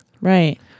Right